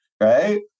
right